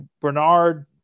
Bernard